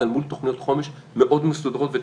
מול תוכניות חומש מאוד מסודרות וטובות.